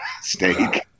steak